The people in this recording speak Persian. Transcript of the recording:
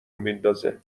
میندازه